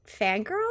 fangirl